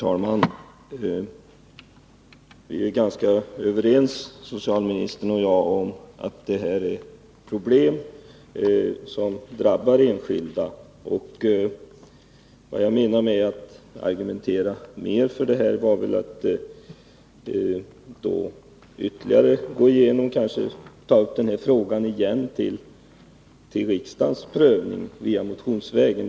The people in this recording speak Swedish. Herr talman! Socialministern och jag är ganska överens om att det här finns problem som drabbar enskilda. Vad jag menade med att jag skulle argumentera ytterligare för detta var att jag motionsvägen kunde ta upp frågan för riksdagens prövning ännu en gång.